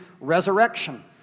resurrection